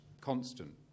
constant